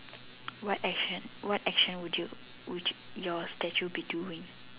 what action what action would you would your statue be doing